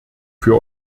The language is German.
für